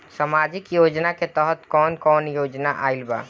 सामाजिक योजना के तहत कवन कवन योजना आइल बा?